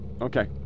Okay